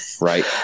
right